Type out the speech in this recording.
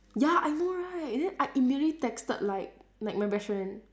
ya I know right then I immediately texted like like my best friend